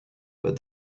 but